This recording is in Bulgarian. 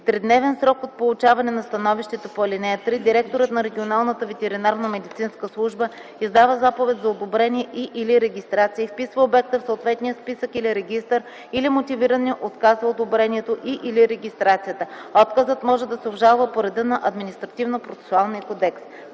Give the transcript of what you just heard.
тридневен срок от получаване на становището по ал. 3 директорът на Регионалната ветеринарномедицинска служба издава заповед за одобрение и/или регистрация, изписва обекта в съответния списък или регистър или мотивирано отказва одобрението и/или регистрацията. Отказът може да се обжалва по реда на Административнопроцесуалния кодекс.